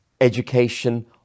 education